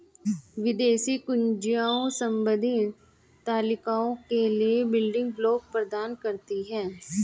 विदेशी कुंजियाँ संबंधित तालिकाओं के लिए बिल्डिंग ब्लॉक प्रदान करती हैं